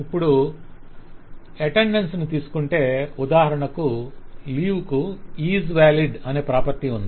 ఇప్పుడు అటెండన్స్ ను తీసుకొంటే ఉదాహరణకు లీవ్ కు 'IsValid' అనే ప్రాపర్టీ ఉంది